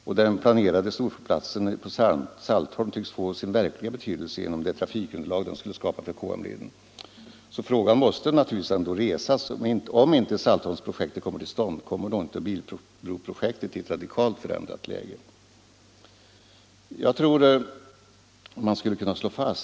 Men den planerade m.m. storflygplatsen på Saltholm tycks ju få sin verkliga betydelse genom det trafikunderlag den skulle skapa för KM-leden. Frågan blir därför: Om inte Saltholmsprojektet förverkligas, kommer då inte bilbroprojektet i ett radikalt förändrat läge?